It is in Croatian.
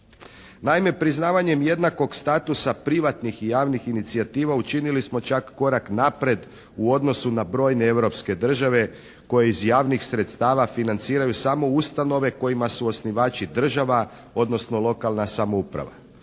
Naime priznavanjem jednakog statusa privatnih i javnih inicijativa učinili smo čak korak naprijed u odnosu na brojne europske države koje iz javnih sredstava financiraju samo ustanove kojima su osnivači država, odnosno lokalna samouprava.